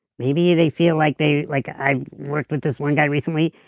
maybe they feel like they, like i've worked with this one guy recently,